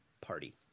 Party